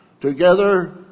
Together